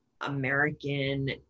American